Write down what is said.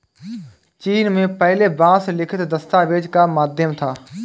चीन में पहले बांस लिखित दस्तावेज का माध्यम था